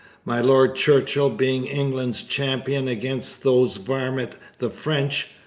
my lord churchill being england's champion against those varmint the french,